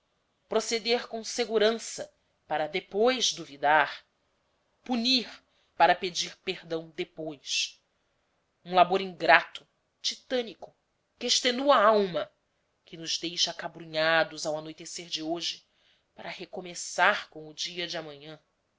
proceder com segurança para depois duvidar punir para pedir perdão depois um labor ingrato titânico que extenua a alma que nos deixa acabrunhados ao anoitecer de hoje para recomeçar com o dia de amanhã